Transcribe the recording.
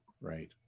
right